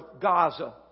Gaza